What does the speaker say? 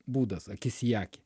būdas akis į akį